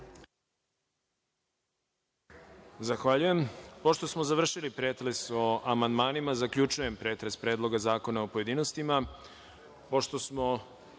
Zahvaljujem. Pošto smo završili pretres o amandmanima, zaključujem pretres Predloga zakona u pojedinostima. Pošto